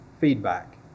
feedback